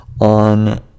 on